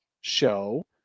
show